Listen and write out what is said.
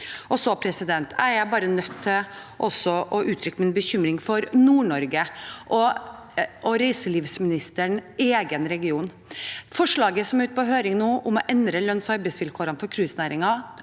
kommer? Jeg er også nødt til å uttrykke min bekymring for Nord-Norge, reiselivsministerens egen region. Forslaget som er ute på høring nå, om å endre lønns- og arbeidsvilkårene for cruisenæringen,